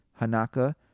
Hanaka